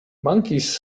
monkeys